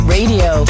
Radio